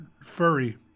furry